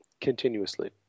continuously